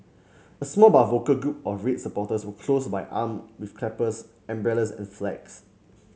a small but vocal group of red supporters were close by armed with clappers umbrellas and flags